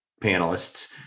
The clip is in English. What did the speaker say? panelists